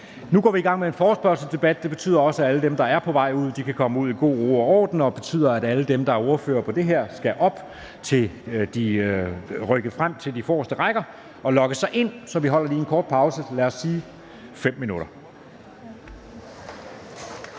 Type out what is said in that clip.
Nu går vi i gang med en forespørgselsdebat. Det betyder også, at alle dem, der er på vej ud, kan komme ud i god ro og orden, og det betyder, at alle dem, der er ordførere på det her område, skal op til de forreste rækker og logge sig ind. Så vi holder lige en kort pause i, lad os sige 5 minutter.